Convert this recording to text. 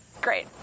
Great